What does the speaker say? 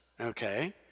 okay